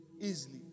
easily